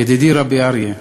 ידידי, ר' אריה,